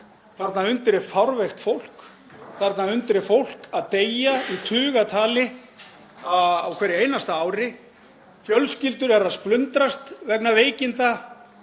Þarna undir er fárveikt fólk. Þarna undir er fólk að deyja í tugatali á hverju einasta ári. Fjölskyldur eru að splundrast vegna veikinda.